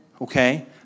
okay